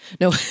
No